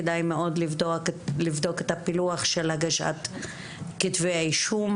כדאי מאוד לבדוק את הפילוח של הגשת כתבי אישום,